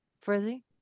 Frizzy